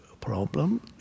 problem